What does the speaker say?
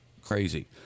crazy